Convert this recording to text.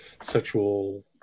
sexual